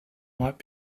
might